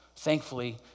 Thankfully